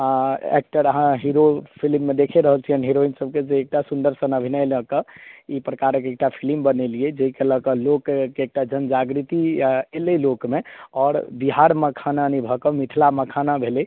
actor अहाँँ hero फिल्ममे देखिए रहल छिएन हिरोइन सबके जे एक टा सुन्दर सन अभिनय लऽ कऽ ई प्रकारक एक टा फिलिम बनैलिये जाहिके लऽके लोकके एक टा जन जागृति अयलै लोकमे आओर बिहार मखाना नहि भऽ कऽ मिथिला मखाना भेलै